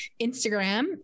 Instagram